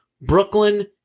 Brooklyn